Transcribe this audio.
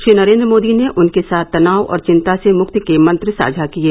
श्री नरेन्द्र मोदी ने उनके साथ तनाव और विंता से मुक्ति के मंत्र साझा किये